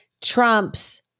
Trump's